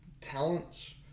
talents